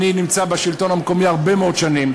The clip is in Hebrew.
אני נמצא בשלטון המקומי הרבה מאוד שנים,